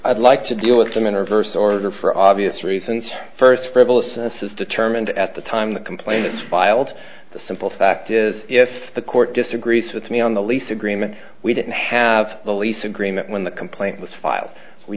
i'd like to deal with them in reverse order for obvious reasons first frivolousness is determined at the time the complaint is filed the simple fact is if the court disagrees with me on the lease agreement we didn't have the lease agreement when the complaint was filed we